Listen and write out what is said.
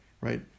right